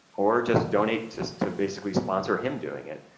or just donate just to basically sponsor him doing it.